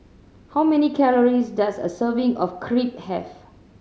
how many calories does a serving of Crepe have